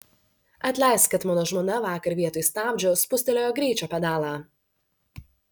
atleisk kad mano žmona vakar vietoj stabdžio spustelėjo greičio pedalą